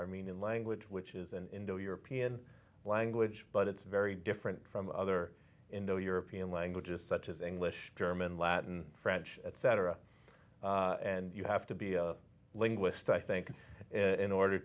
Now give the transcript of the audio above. armenian language which is an indo european language but it's very different from other indo european languages such as english german latin french etc and you have to be a linguist i think in order